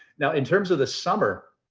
now in terms of the summer,